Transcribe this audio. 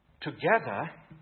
Together